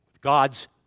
God's